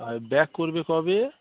আর back করবে কবে